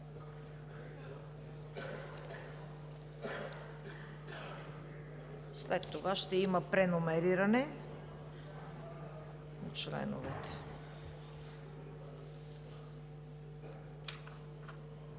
След това ще има преномериране на членовете.